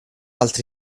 altri